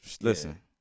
listen